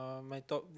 buy my dog